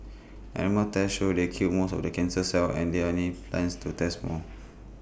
animal tests show they killed most of the cancer cells and there are need plans to test more